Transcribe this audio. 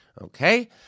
Okay